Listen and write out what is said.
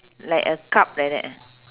like a cup like that uh